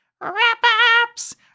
Wrap-ups